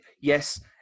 Yes